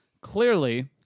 Clearly